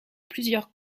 plusieurs